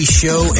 show